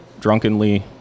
drunkenly